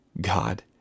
God